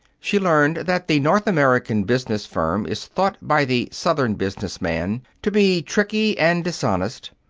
she learned that the north american business firm is thought by the southern business man to be tricky and dishonest,